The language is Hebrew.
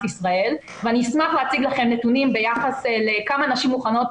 ישראל ואני אשמח להציג לכם נתונים שיראו לכם כמה נשים מוכנות